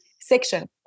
section